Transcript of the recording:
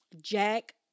Jack